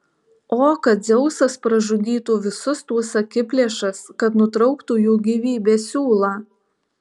o kad dzeusas pražudytų visus tuos akiplėšas kad nutrauktų jų gyvybės siūlą